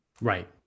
Right